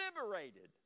liberated